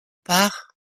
par